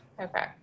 Okay